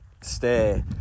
stay